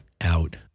out